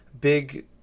big